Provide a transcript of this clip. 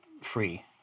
free